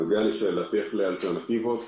לגבי שאלתך בעניין אלטרנטיבות,